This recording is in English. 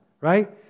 right